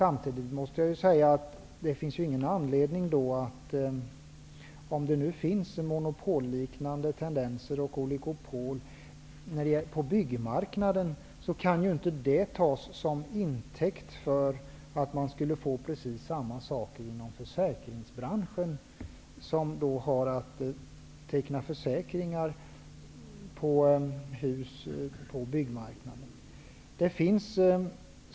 Om det nu finns monopolliknande tendenser och oligopol inom byggmarknaden, kan ju inte detta tas som intäkt för att det blir precis samma förhållanden inom försäkringsbranschen, vilken har att teckna försäkringar på hus.